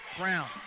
Brown